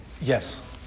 Yes